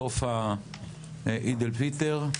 סוף העיד אל פיטר.